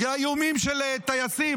בגלל איומים של טייסים.